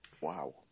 Wow